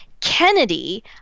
kennedy